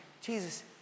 Jesus